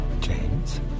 James